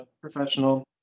professional